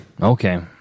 Okay